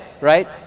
right